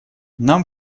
нам